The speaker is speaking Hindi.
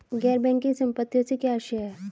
गैर बैंकिंग संपत्तियों से क्या आशय है?